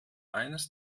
eines